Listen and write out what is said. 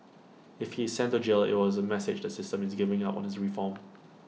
if he is sent to jail IT was A message the system is giving up on his reform